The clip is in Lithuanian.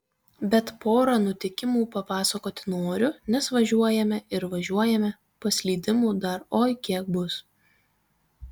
bet porą nutikimų papasakoti noriu nes važiuojame ir važiuojame paslydimų dar oi kiek bus